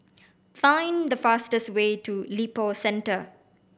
find the fastest way to Lippo Centre